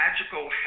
magical